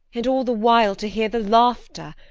and all the while to hear the laughter,